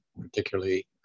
particularly